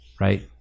right